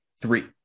Three